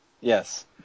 Yes